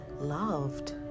loved